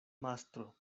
mastro